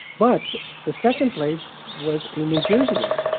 but the second place was a new jersey wine,